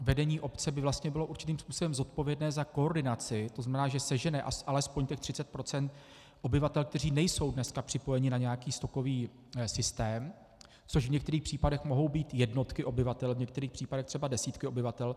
Vedení obce by vlastně bylo určitým způsobem zodpovědné za koordinaci, to znamená, že sežene alespoň těch 30 % obyvatel, kteří dnes nejsou připojeni na nějaký stokový systém, což v některých případech mohou být jednotky obyvatel, v některých případech třeba desítky obyvatel.